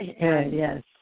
Yes